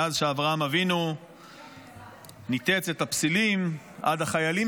מאז שאברהם אבינו ניתץ את הפסילים עד החיילים